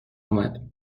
اومد